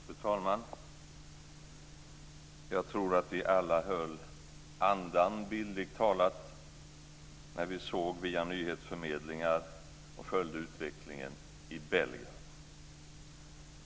Fru talman! Jag tror att vi alla höll andan, bildligt talat, när vi via nyhetsförmedlingar följde utvecklingen i Belgrad.